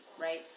Right